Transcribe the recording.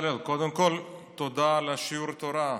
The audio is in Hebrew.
בצלאל, קודם כול תודה על שיעור התורה.